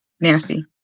Nasty